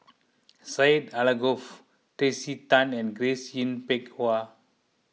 Syed Alsagoff Tracey Tan and Grace Yin Peck Ha